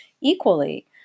equally